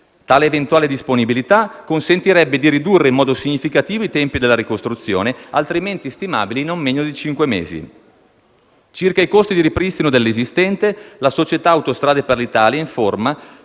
Tale eventuale disponibilità consentirebbe di ridurre in modo significativo i tempi della ricostruzione, altrimenti stimabili in non meno di cinque mesi. Circa i costi di ripristino dell'esistente, la società Autostrade per l'Italia informa